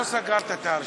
רשימת הדוברים בסעיף הזה